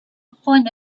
upon